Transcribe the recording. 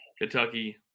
Kentucky